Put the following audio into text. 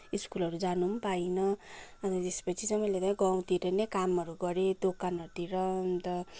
स्कुलहरू जान पनि पाइनँ अन्त त्यसपछि चाहिँ मैले चाहिँ गाउँतिरै नै कामहरू गरेँ दोकानहरूतिर अन्त